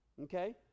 okay